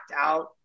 out